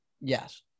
Yes